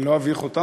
אני לא אביך אותך.